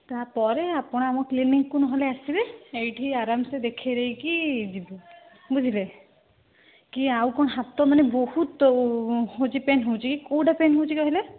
ତାପରେ ଆପଣ ଆମ କ୍ଲିନିକ୍କୁ ନହେଲେ ଆସିବେ ଏଇଠି ଆରାମସେ ଦେଖେଇ ଦେଇକି ଯିବୁ ବୁଝିଲେ କି ଆଉ କ'ଣ ହାତ ମାନେ ବହୁତ ହେଉଛି ପେନ୍ ହେଉଛି କେଉଁଟା ପେନ୍ ହେଉଛି କହିଲେ